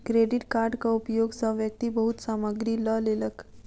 credit कार्डक उपयोग सॅ व्यक्ति बहुत सामग्री लअ लेलक